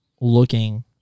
looking